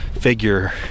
figure